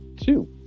Two